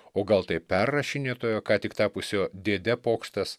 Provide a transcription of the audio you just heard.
o gal tai perrašinėtojo ką tik tapusio dėde pokštas